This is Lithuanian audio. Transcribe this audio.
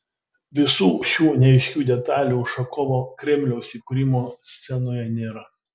visų šių neaiškių detalių ušakovo kremliaus įkūrimo scenoje nėra